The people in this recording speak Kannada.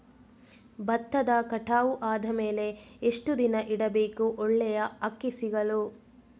ಭತ್ತ ಕಟಾವು ಆದಮೇಲೆ ಎಷ್ಟು ದಿನ ಇಡಬೇಕು ಒಳ್ಳೆಯ ಅಕ್ಕಿ ಸಿಗಲು?